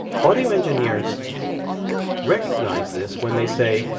audio engineers recognize this when they say,